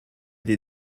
des